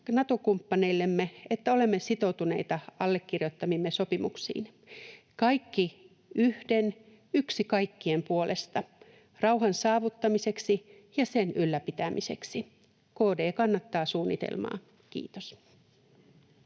että olemme sitoutuneita allekirjoittamiimme sopimuksiin. ”Kaikki yhden, yksi kaikkien puolesta” — rauhan saavuttamiseksi ja sen ylläpitämiseksi. KD kannattaa suunnitelmaa. — Kiitos.